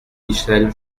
michel